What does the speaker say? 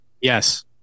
Yes